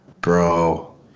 bro